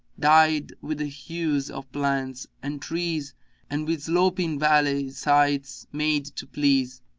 dyed with the hues of plants and trees and with sloping valley sides made to please,